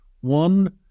one